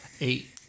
Eight